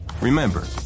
Remember